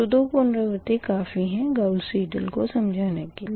तो दो पुनरावर्ती काफ़ी है गाउस साईडेल को समझने के लिए